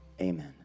Amen